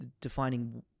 defining